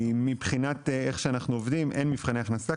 מבחינת איך שאנחנו עובדים אין מבחני הכנסה,